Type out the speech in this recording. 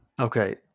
Okay